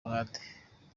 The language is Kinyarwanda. ruhande